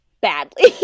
badly